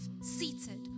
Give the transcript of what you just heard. seated